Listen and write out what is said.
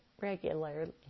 regularly